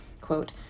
quote